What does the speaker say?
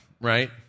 right